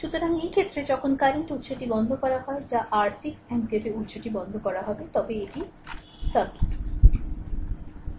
সুতরাং এই ক্ষেত্রে যখন কারেন্ট উত্সটি বন্ধ করা হয় যা r 6 অ্যাম্পিয়ার উত্সটি বন্ধ করা হয় তবে এটি সার্কিট